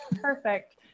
perfect